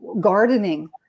gardening